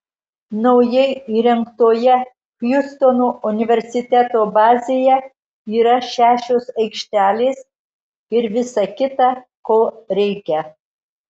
naujai įrengtoje hjustono universiteto bazėje yra šešios aikštelės ir visa kita ko reikia